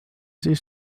siis